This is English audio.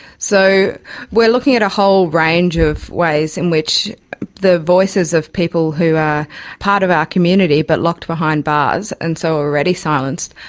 so we're looking at a whole range of ways in which the voices of people who are part of our community but locked behind bars, and so are already silenced,